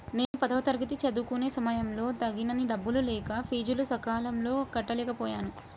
నేను పదవ తరగతి చదువుకునే సమయంలో తగినన్ని డబ్బులు లేక ఫీజులు సకాలంలో కట్టలేకపోయాను